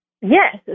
Yes